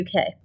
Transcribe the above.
UK